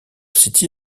city